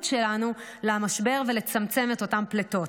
שלנו למשבר ולצמצם את אותן פליטות.